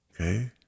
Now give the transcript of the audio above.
Okay